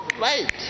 right